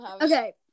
Okay